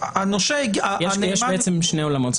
יש בעצם שני עולמות.